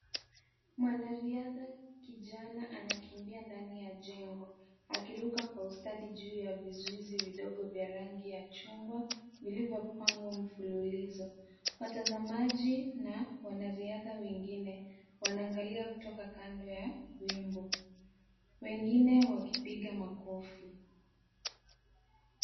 Mwanariadha kijana anakimbia ndani ya jengo, akiruka kwa ustadi juu ya vizuizi vidogo vya rangi ya chungwa, vilivyopangwa mfululizo. Watazamaji na wanariadha wengine wanaangalia kutoka kando ya wimbo. Wengine wakipiga makofi.